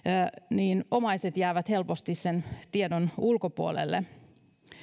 omaiset jäävät helposti sen tiedon ulkopuolelle